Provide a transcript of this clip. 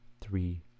three